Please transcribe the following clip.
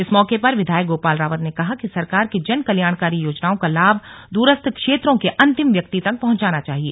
इस मौके पर विधायक गोपाल रावत ने कहा कि सरकार की जन कल्याणकारी योजनाओं का लाभ दूरस्थ क्षेत्रों के अन्तिम व्यक्ति तक पहुंचना चाहिए